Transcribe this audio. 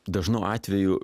dažnu atveju